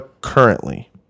currently